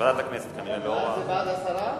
בעד, זה בעד הסרה?